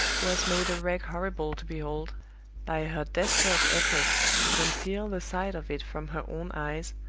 was made a wreck horrible to behold, by her desperate efforts to conceal the sight of it from her own eyes,